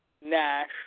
Nash